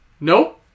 No